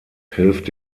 hilft